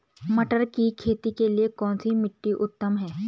मटर की खेती के लिए कौन सी मिट्टी उत्तम है?